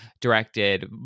directed